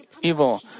evil